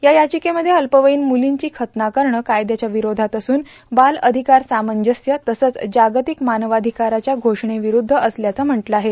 या याचिकेमध्ये अल्पवयीन मुलांची खतना करणे कायद्याच्या विरोधात असून बाल अधिकार सामंजस्य तसंच जागतिक मानवाधिकाराच्या घोषणेविरूद्ध असल्याचं म्हटलं आहे